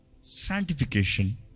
Sanctification